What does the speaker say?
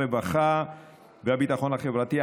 הרווחה והביטחון החברתי,